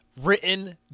written